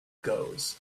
goes